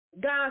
God